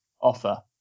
offer